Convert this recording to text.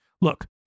Look